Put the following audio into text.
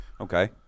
Okay